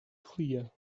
clear